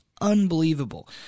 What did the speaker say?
Unbelievable